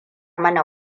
mana